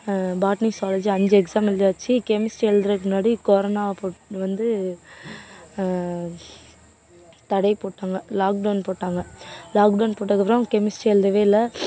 botany zoology அஞ்சு exam எழுதியாச்சு chemistry எழுதுறதுக்கு முன்னாடி கொரோனா போட்டு வந்து தடை போட்டாங்க லாக்டவுன் போட்டாங்க லாக்டவுன் போட்டதுக்கு அப்புறம் கெமிஸ்ட்ரி எழுதவே இல்லை